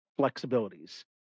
flexibilities